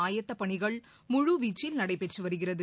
ஆயத்தப் பணிகள் முழுவீச்சில் நடைபெற்று வருகிறது